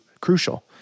crucial